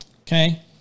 Okay